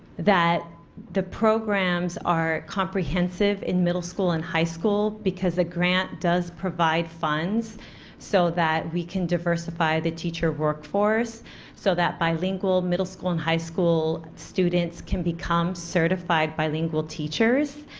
the programs are comprehensive in middle school and high school because the grant does provide funds so that we can diversify the teacher workforce so that bilingual middle school and high school students can become certified bilingual teachers.